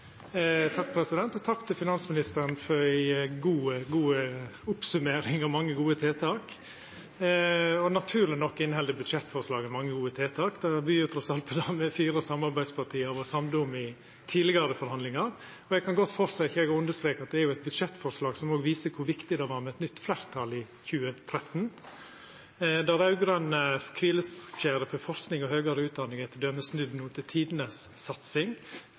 Takk til finansministeren for ei god oppsummering av mange gode tiltak. Naturleg nok inneheld budsjettforslaget mange gode tiltak, det vert trass alt bra med det me fire samarbeidspartia var samde om i tidlegare forhandlingar. Eg kan godt fortsetja og understreka at det er eit budsjettforslag som òg viser kor viktig det var med eit nytt fleirtal i 2013. Det raud-grøne kvileskjeret for forsking og høgare utdanning er t.d. no snudd til tidenes satsing,